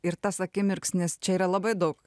ir tas akimirksnis čia yra labai daug